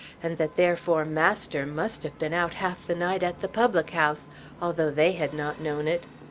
and that therefore masters must have been out half the night at the public-house although they had not known it.